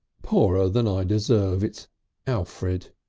poorer than i deserve. it's alfred.